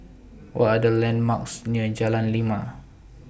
What Are The landmarks near Jalan Lima